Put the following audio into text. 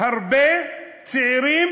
הרבה צעירים,